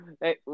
Hey